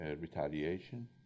retaliation